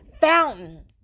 fountain